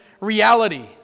reality